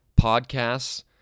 podcasts